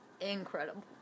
incredible